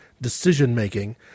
decision-making